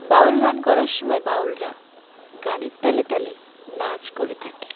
বাউল গান করার সময় বাউলরা গানের তালে তালে নাচ করে থাকে